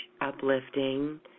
uplifting